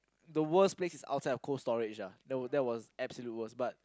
the worst place is outside of Cold Storage ya that was that was absolute worst but